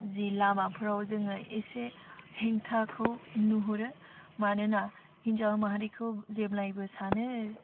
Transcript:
जि लामाफ्राव जोङो एसे हेंथाखौ नुहुरो मानोना हिन्जाव माहारिखौ जेब्लायबो सानो